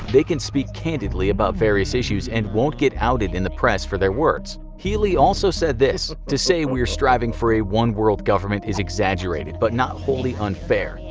they can speak candidly about various issues and won't get outed in the press for their words. healy also said this to say we were striving for a one-world government is exaggerated, but not wholly unfair.